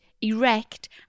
erect